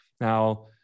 Now